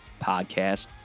podcast